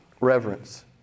Reverence